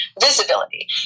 visibility